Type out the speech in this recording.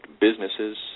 businesses